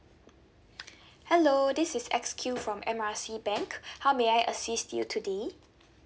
hello this is X Q from M R C bank how may I assist you today